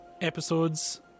episodes